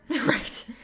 Right